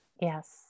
Yes